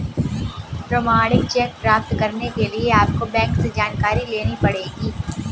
प्रमाणित चेक प्राप्त करने के लिए आपको बैंक से जानकारी लेनी पढ़ेगी